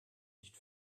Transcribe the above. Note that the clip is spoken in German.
nicht